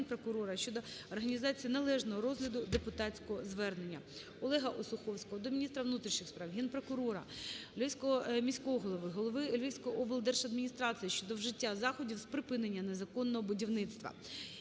ОлегаОсуховського до міністра внутрішніх справ, Генпрокурора, Львівського міського голови, голови Львівської облдержадміністрації щодо вжиття заходів з припинення незаконного будівництва.